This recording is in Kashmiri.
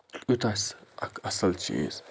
یوٗتاہ چھِ سہٕ اکھ اصل چیٖز